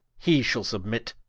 he shall submit,